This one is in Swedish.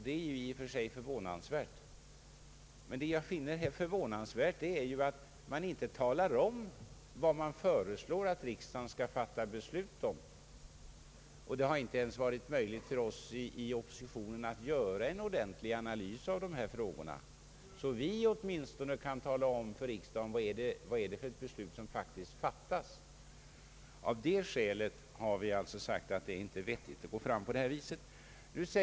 Det är ju i och för sig förvånansvärt, men det jag finner mest förvånande är att man inte talar om vad man vill att riksdagen skall fatta beslut om. Det har inte ens varit möjligt för oss i oppositionen att göra en ordentlig analys av dessa frågor, så att vi åtminstone kan tala om för riksdagen vad det är för beslut som faktiskt fattas. Av det skälet har vi alltså sagt att det inte är vettigt att gå fram på det här viset.